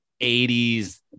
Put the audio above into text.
80s